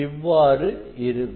இவ்வாறு இருக்கும்